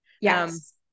Yes